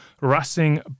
Racing